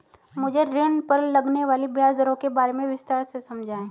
मुझे ऋण पर लगने वाली ब्याज दरों के बारे में विस्तार से समझाएं